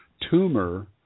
tumor